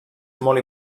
molt